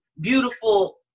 beautiful